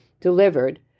delivered